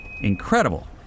Incredible